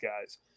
guys